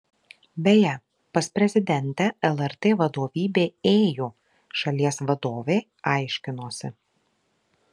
beje pas prezidentę lrt vadovybė ėjo šalies vadovei aiškinosi